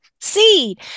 seed